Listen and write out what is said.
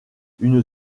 une